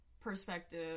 perspective